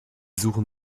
suchen